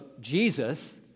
Jesus